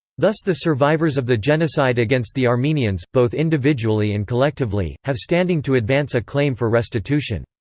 thus the survivors of the genocide against the armenians, both individually and collectively, have standing to advance a claim for restitution.